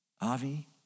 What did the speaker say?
Avi